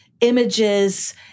images